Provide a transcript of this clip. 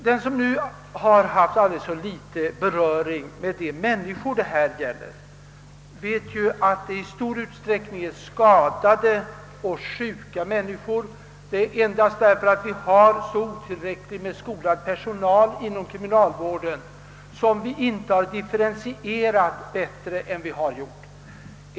Den som har haft aldrig så litet beröring med de ungdomar det här gäller vet ju att det i stor utsträckning är fråga om skadade och sjuka människor. Det är endast därför att tillgången på skolad personal inom kriminalvården är så otillräcklig som vi inte har differentierat bättre än vi har gjort.